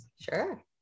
Sure